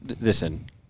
listen